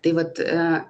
tai vat